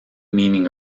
meaning